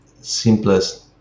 simplest